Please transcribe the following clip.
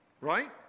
right